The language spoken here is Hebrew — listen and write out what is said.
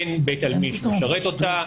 אין בית עלמין שמשרת אותה,